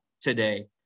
today